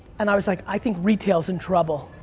and i was like, i think retail is in trouble.